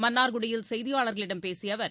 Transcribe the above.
மன்னர்குடியில் செய்தியாளர்களிடம் பேசிய அவர்